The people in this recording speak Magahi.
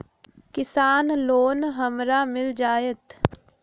किसान लोन हमरा मिल जायत?